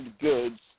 goods